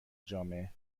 جامعه